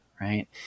right